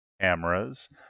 cameras